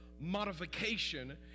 modification